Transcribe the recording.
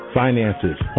finances